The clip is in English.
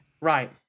right